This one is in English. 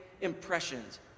impressions